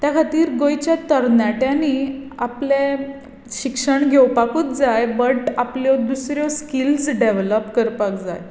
त्या खातीर गोंयच्या तरणाट्यांनी आपलें शिक्षण घेवपाकूच जाय बट आपल्यो दुसऱ्यो स्किल्स डेवलोप करपाक जाय